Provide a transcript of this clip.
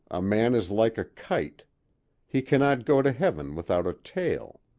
a man is like a kite he cannot go to heaven without a tail.